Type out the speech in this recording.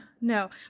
no